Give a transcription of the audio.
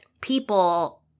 people